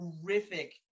horrific